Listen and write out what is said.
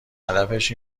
هدفش